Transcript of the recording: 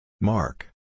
Mark